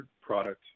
product